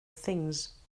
things